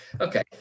Okay